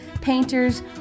painters